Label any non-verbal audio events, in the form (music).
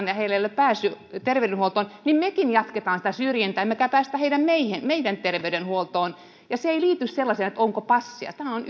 (unintelligible) ja heillä ei ole pääsyä terveydenhuoltoon ja mekin jatkamme sitä syrjintää emmekä päästä heitä meidän terveydenhuoltoon se ei liity sellaiseen että onko passia tämä on (unintelligible)